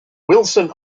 wilson